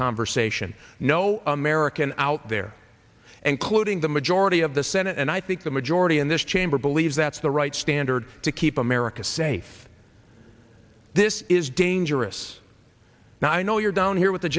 conversation no american out there and quoting the majority of the senate and i think the majority in this chamber believes that's the right standard to keep america safe this is dangerous now i know you're down here with a